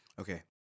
Okay